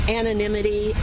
anonymity